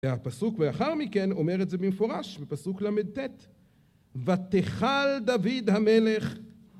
והפסוק לאחר מכן אומר את זה במפורש, בפסוק ל"ט: "ותכל דוד המלך"